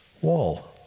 wall